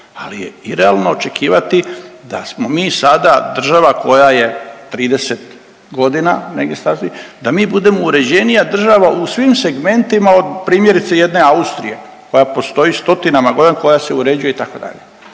ali je irealno očekivati da smo mi sada država koja je 30 godina negdje .../Govornik se ne razumije./... da mi budemo uređenija država u svim segmentima od primjerice, jedne Austrije koja postoji stotinama godina, koja se uređuje, itd.